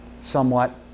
somewhat